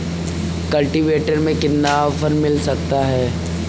Cultivator में कितना offer मिल रहा है?